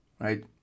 right